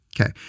Okay